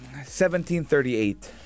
1738